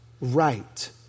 right